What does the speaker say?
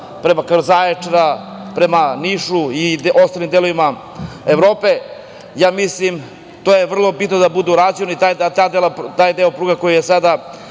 preko Zaječara, prema Nišu i ostalim delovima Evrope, mislim da je vrlo bitno da bude urađeno. Taj deo pruge koji je sada